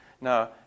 Now